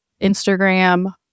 instagram